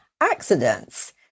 accidents